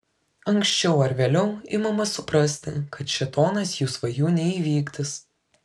anksčiau ar vėliau imama suprasti kad šėtonas jų svajų neįvykdys